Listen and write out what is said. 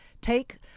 take